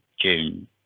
June